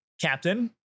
captain